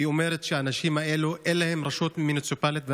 היא אומרת שלאנשים האלה אין רשות מוניציפלית.